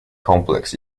complex